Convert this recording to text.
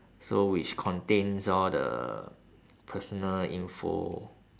so which contains all the personal info